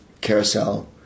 Carousel